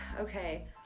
okay